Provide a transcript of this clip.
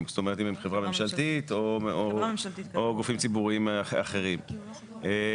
שגם היא חברה שאינה חברה ממשלתית ואחראית על